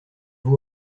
vous